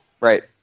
Right